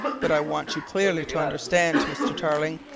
but i want you clearly to understand, mr. tarling,